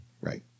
Right